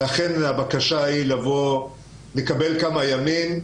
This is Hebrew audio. אכן, הבקשה היא לקבל כמה ימים,